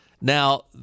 Now